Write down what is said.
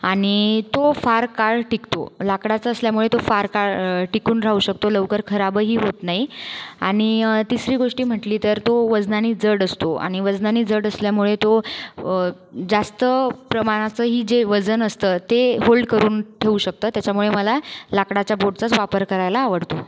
आणि तो फार काळ टिकतो लाकडाचा असल्यामुळे तो फार काळ टिकून राहू शकतो लवकर खराबही होत नाही आणि तिसरी गोष्टी म्हटली तर तो वजनाने जड असतो आणि वजनाने जड असल्यामुळे तो जास्त प्रमाणाचंही जे वजन असतं ते होल्ड करून ठेवू शकतं त्याच्यामुळे मला लाकडाच्या बोटचाच वापर करायला आवडतं